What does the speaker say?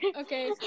Okay